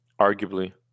Arguably